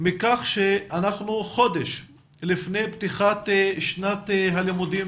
מכך שאנחנו חודש לפני פתיחת שנת הלימודים